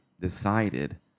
decided